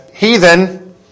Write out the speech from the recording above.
Heathen